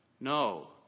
No